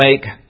make